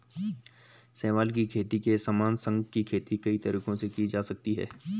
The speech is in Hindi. शैवाल की खेती के समान, शंख की खेती कई तरीकों से की जा सकती है